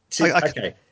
okay